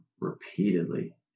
repeatedly